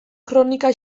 kronika